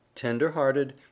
tender-hearted